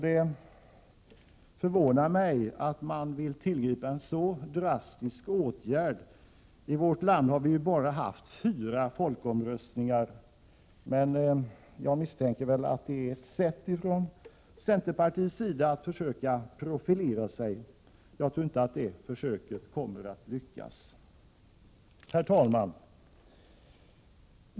Det förvånar mig att man vill tillgripa en så drastisk åtgärd. I vårt land har vi ju bara haft fyra folkomröstningar. Jag misstänker att det är ett sätt för centerpartiet att försöka profilera sig. Jag tror inte att det försöket kommer att lyckas. Herr talman!